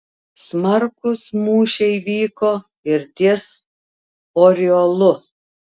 smarkūs mūšiai vyko ir ties oriolu